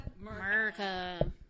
America